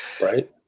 Right